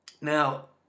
Now